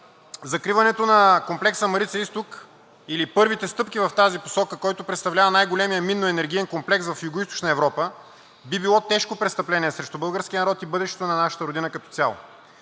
Закриването на комплекса „Марица изток“ или първите стъпки в тази посока, който представлява най-големият минно-енергиен комплекс в Югоизточна Европа, би било тежко престъпление срещу българския народ и бъдещето на нашата родина като цяло,